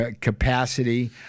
capacity